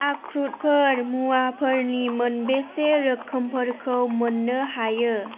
आख्रुतफोर मुवाफोरनि मोनबेसे रोखोमफोरखौ मोन्नो हायो